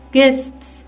Guests